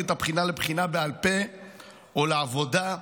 את הבחינה לבחינה בעל פה או לעבודה.